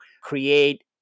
create